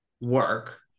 work